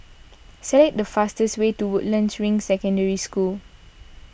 select the fastest way to Woodlands Ring Secondary School